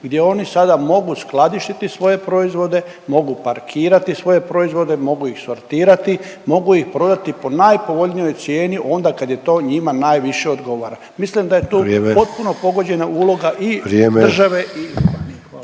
gdje oni sada mogu skladištiti svoje proizvode, mogu parkirati svoje proizvode, mogu ih sortirati, mogu ih prodati po najpovoljnijoj cijeni onda kad je to njima najviše odgovara. Mislim da je to … .../Upadica: Vrijeme./...